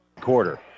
quarter